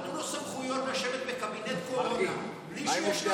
נתנו לו סמכויות לשבת בקבינט קורונה בלי שיש לו אישור,